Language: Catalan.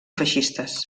feixistes